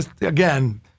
again